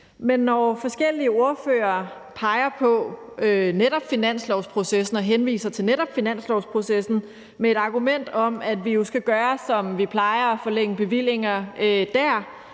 når forskellige ordførere henviser til netop finanslovsprocessen med et argument om, at vi jo skal gøre, som vi plejer og forlænge bevillinger dér,